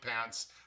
Pants